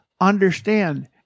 understand